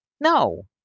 No